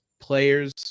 players